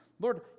Lord